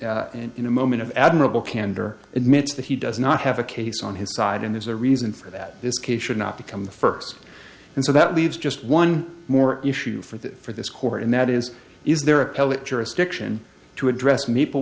friend in a moment of admirable candor admits that he does not have a case on his side and there's a reason for that this case should not become the first and so that leaves just one more issue for the for this court and that is is there appellate jurisdiction to address m